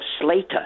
slater